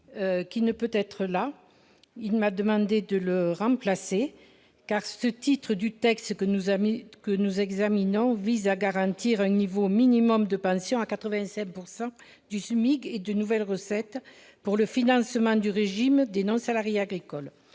dans les outre-mer, il m'a demandé de le remplacer. Le titre I du texte que nous examinons vise à garantir un niveau minimum de pension à 85 % du SMIC et de nouvelles recettes pour le financement du régime des non-salariés agricoles.